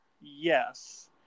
yes